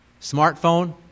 Smartphone